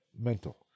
Mental